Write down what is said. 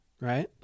right